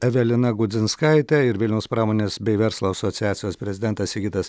evelina gudzinskaitė ir vilniaus pramonės bei verslo asociacijos prezidentas sigitas